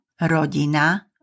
rodina